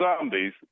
zombies